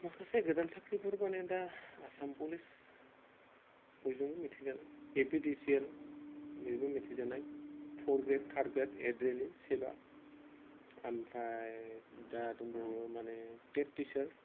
माखासे गोदान साख्रिफोर माने दा आसाम पुलिस बयजोंबो मिथिजायो एपिडिसिएल बेबो मिथिजानाय फर ग्रेड थार्ड ग्रेड एड्रिनि सेबा ओमफ्राय दा दंबावो माने टेट ल टिचार